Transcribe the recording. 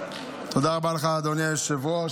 תודה רבה לך, אדוני היושב-ראש.